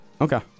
Okay